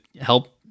help